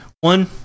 one